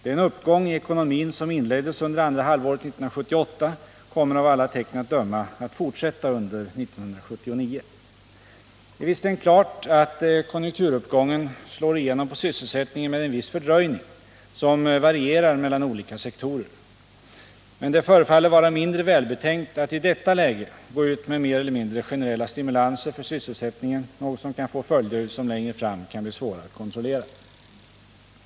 Den uppgång i ekonomin som inleddes under andra halvåret 1978 kommer av alla tecken att döma att fortsätta under år 1979. Det är visserligen klart att konjunkturuppgången slår igenom på sysselsättningen med en viss fördröjning, som varierar mellan olika sektorer. Men det förefaller vara mindre välbetänkt att i detta läge gå ut med mer eller mindre generella stimulanser för sysselsättningen, något som kan få följder som längre fram kan bli svåra att kontrollera.